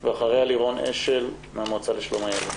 אחריה, לירון אשל מהמועצה לשלום הילד.